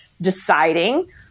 deciding